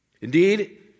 Indeed